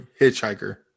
hitchhiker